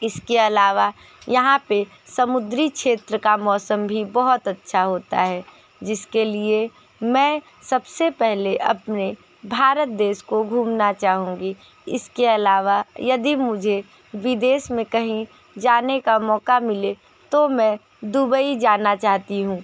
इसके अलावा यहाँ पर समुद्री क्षेत्र का मौसम भी बहुत अच्छा होता है जिसके लिए मैं सबसे पहले अपने भारत देश को घूमना चाहूँगी इसके अलावा यदि मुझे विदेश में कहीं जाने का मौका मिले तो मैं दुबई जाना चाहती हूँ